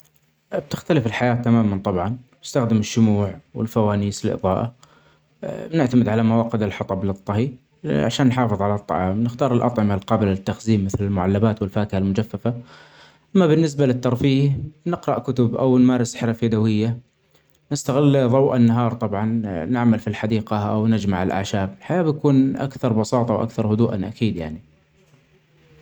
تختلف الحياه تماما طبعا نتستخدم الشموع والفوانيس للأظاءه نعتمد علي مواقد الحطب للطهي ،عشان نحافظ علي الطعام ،نختار الأطعمه القابله للتخزين مثل المعلبات والفاكهه المجففه ،أما بالنسبة للترفيه نقرأ كتب أو نمارس حرف يدوية ،نستغل ظوء النهارطبعا نعمل في الحديقة او نجمع الأعشاب الحياة بتكون أكثر بساطة وأكثر هدوءا أكيد يعني.